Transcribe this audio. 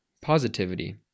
positivity